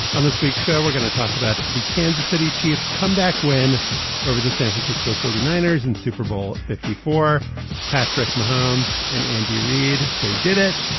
on this week's show, we're going to talk about the kansas city chiefs comeback win over the san francisco forty niners and super bowl. that before patrick mahomes and andy reid, they did it.